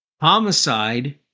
Homicide